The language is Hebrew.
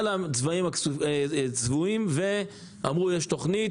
משהו כזה, על הכספים הצבועים ואמרו: יש תוכנית.